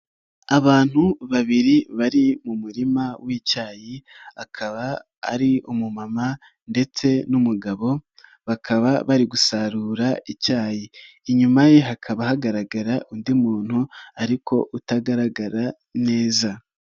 Abantu babiri bari mu murima w'icyayi akaba ari umumama ndetse n'umugabo, bakaba bari gusarura icyayi, inyuma ye hakaba hagaragara undi muntu ariko utagaragara neza.